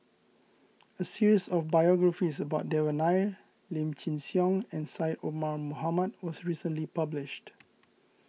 a series of biographies about Devan Nair Lim Chin Siong and Syed Omar Mohamed was recently published